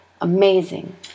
Amazing